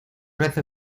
red